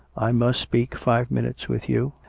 i must speak five minutes with you.